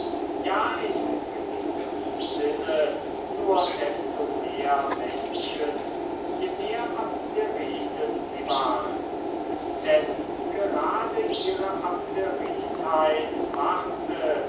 ja in gewissem sinn nur desto mehr menschen je mehr abderiten sie waren denn gerade ihre abderitheit machte